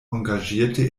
engagierte